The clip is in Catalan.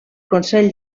consell